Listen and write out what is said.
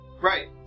Right